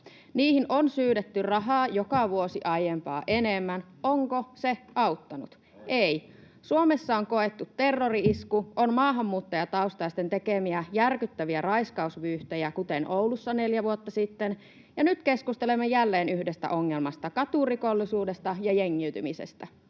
Niihin on syydetty rahaa joka vuosi aiempaa enemmän. Onko se auttanut? Ei. [Veronika Honkasalo: On!] Suomessa on koettu terrori- isku, on maahanmuuttajataustaisten tekemiä järkyttäviä raiskausvyyhtejä, kuten Oulussa neljä vuotta sitten, ja nyt keskustelemme jälleen yhdestä ongelmasta: katurikollisuudesta ja jengiytymisestä.